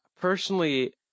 personally